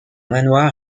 manoir